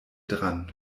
dran